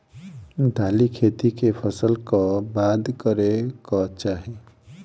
दालि खेती केँ फसल कऽ बाद करै कऽ चाहि?